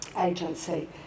agency